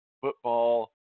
football